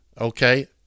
okay